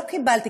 לא קיבלתי.